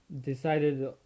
decided